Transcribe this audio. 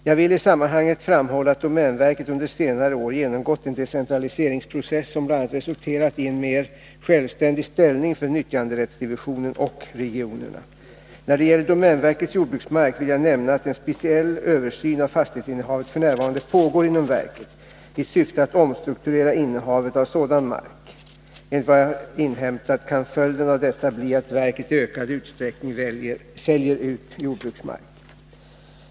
Jag vill i sammanhanget framhålla att domänverket under senare år genomgått en decentraliseringsprocess, som bl.a. resulterat i en mer självständig ställning för nyttjanderättsdivisionen och regionerna. När det gäller domänverkets jordbruksmark vill jag nämna att en speciell översyn av fastighetsinnehavet f. n. pågår inom verket i syfte att omstrukturera innehavet av sådan mark. Enligt vad jag inhämtat kan följden av detta bli att verket i ökad utsträckning säljer ut jordbruksmark.